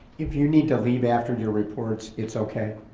if you need to leave after your reports it's okay.